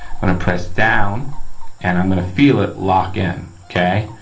i'm gonna press down and i'm gonna feel it lock in, okay.